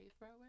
thrower